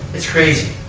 is crazy.